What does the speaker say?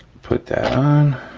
put that on.